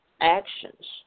actions